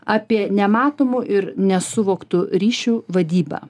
apie nematomų ir nesuvoktų ryšių vadybą